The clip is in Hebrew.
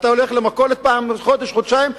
אתה הולך למכולת חודש-חודשיים,